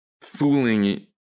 fooling